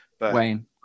Wayne